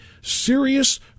serious